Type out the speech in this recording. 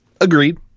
Agreed